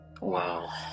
Wow